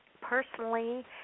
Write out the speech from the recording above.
personally